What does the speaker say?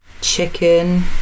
Chicken